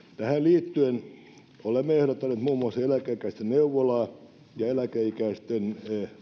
tähän liittyen olemme ehdottaneet muun muassa eläkeikäisten neuvolaa ja eläkeikäisten